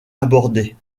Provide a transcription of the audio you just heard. abordés